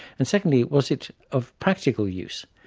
and secondly, was it of practical use?